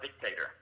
dictator